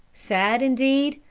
sad indeed,